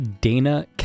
Dana